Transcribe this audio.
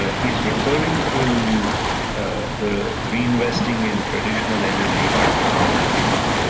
ah he's referring to the reinvesting in traditional energy right now being